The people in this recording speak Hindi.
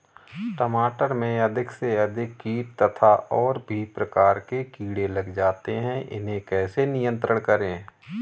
टमाटर में अधिक से अधिक कीट तथा और भी प्रकार के कीड़े लग जाते हैं इन्हें कैसे नियंत्रण करें?